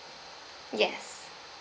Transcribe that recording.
yes